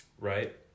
right